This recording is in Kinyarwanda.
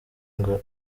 ngo